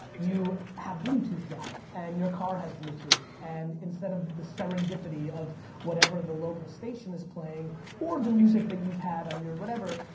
you have bluetooth now, and your car has bluetooth, and instead of the serendipity of whatever the local station is playing or the music that you've had on your whatever,